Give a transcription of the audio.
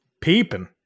Peeping